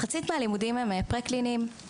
מחצית מהלימודים הם פרה-קליניים,